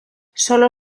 solo